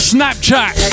Snapchat